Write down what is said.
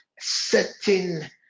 certain